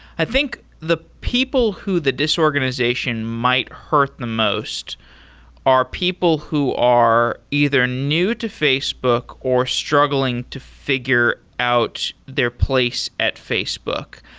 i think the people who the disorganization might hurt the most are people who are either new to facebook or struggling to figure out their place at facebook.